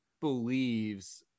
believes